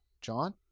John